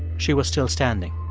she was still standing.